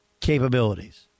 capabilities